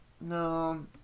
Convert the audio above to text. No